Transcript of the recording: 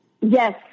Yes